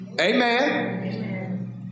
Amen